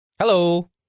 hello